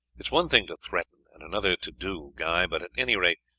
is one thing to threaten, and another to do, guy but at any rate,